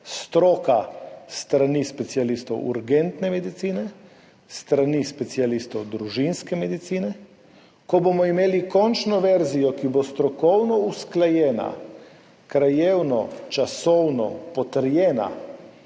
Stroka s strani specialistov urgentne medicine, s strani specialistov družinske medicine. Ko bomo imeli končno verzijo, ki bo strokovno usklajena, krajevno, časovno potrjena,